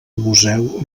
museu